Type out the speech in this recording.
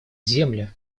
земли